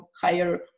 higher